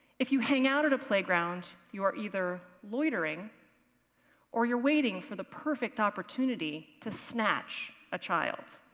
if you hang out at a playground, you are either loitering or you're waiting for the perfect opportunity to snatch a child.